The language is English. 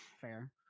fair